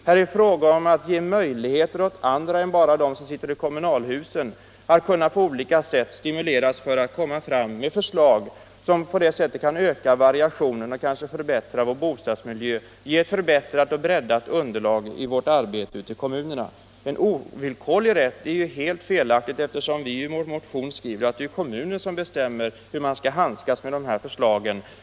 Här är fråga om att skapa möjligheter att på olika sätt stimulera andra än bara de som sitter i kommunalhusen att komma fram med förslag som kan öka variationen i byggandet och kanske förbättra vår bostadsmiljö, ge ett förbättrat och breddat underlag åt arbetet ute i kommunerna. Talet om en ”ovillkorlig rätt” är helt felaktigt, eftersom vi i vår motion skriver att det är kommunen som bestämmer hur man skall handskas med de här förslagen.